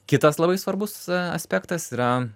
kitas labai svarbus aspektas yra